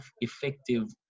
effective